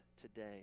today